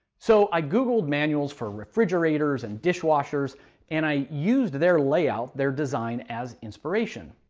so i googled manuals for refrigerator's and dishwashers and i used their layout, their design, as inspiration.